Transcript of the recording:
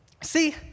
See